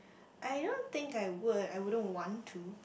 I don't think I would I wouldn't want to